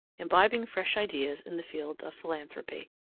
imbibing fresh ideas in the field of philanthropy.